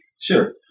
Sure